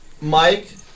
Mike